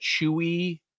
chewy